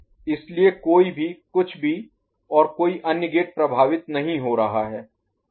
इसलिए कोई भी कुछ भी और कोई अन्य गेट प्रभावित नहीं हो रहा है